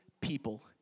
people